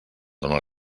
dóna